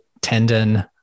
tendon